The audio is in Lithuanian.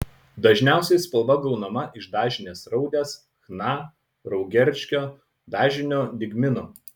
dažniausiai spalva gaunama iš dažinės raudės chna raugerškio dažinio dygmino